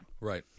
Right